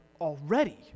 already